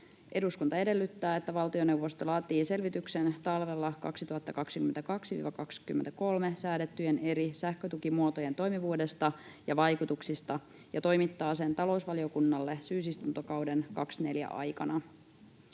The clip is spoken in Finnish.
”Eduskunta edellyttää, että valtioneuvosto laatii selvityksen talvella 2022—2023 säädettyjen eri sähkötukimuotojen toimivuudesta ja vaikutuksista ja toimittaa sen talousvaliokunnalle syysistuntokauden 2024 aikana.”